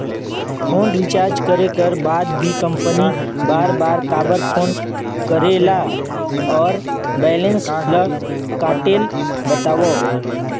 Phone recharge करे कर बाद भी कंपनी बार बार काबर फोन करेला और बैलेंस ल काटेल बतावव?